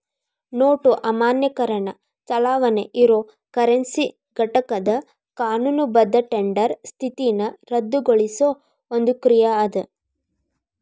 note ಅಮಾನ್ಯೇಕರಣ ಚಲಾವಣಿ ಇರೊ ಕರೆನ್ಸಿ ಘಟಕದ್ ಕಾನೂನುಬದ್ಧ ಟೆಂಡರ್ ಸ್ಥಿತಿನ ರದ್ದುಗೊಳಿಸೊ ಒಂದ್ ಕ್ರಿಯಾ ಅದ